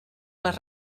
les